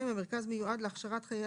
זה יבהיר שזה ממוקד לעניין